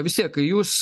vis tiek jūs